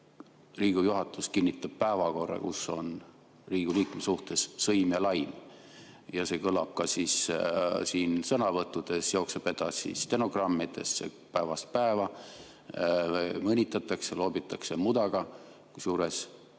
Riigikogu juhatus kinnitab päevakorra, kus on Riigikogu liikme suhtes sõim ja laim, ja see kõlab ka siin sõnavõttudes, jookseb edasi stenogrammidesse, päevast päeva mõnitatakse, loobitakse mudaga, kusjuures